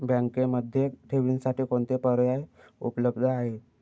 बँकेमध्ये ठेवींसाठी कोणते पर्याय उपलब्ध आहेत?